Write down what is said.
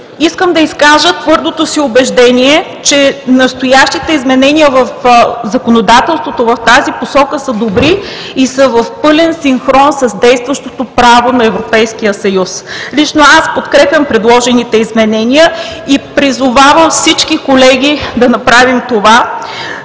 Искам да изкажа твърдото си убеждение, че настоящите изменения в законодателството в тази посока са добри и са в пълен синхрон с действащото право на Европейския съюз. Лично аз подкрепям предложените изменения и призовавам всички колеги да направим това,